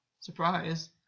Surprise